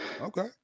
Okay